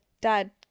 dad